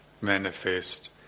manifest